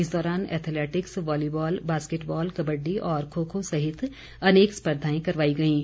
इस दौरान athletics volleyball basketball kabaddi और खो खो सहित अनेक स्पर्धाएं करवाई गईं